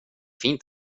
fint